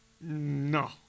no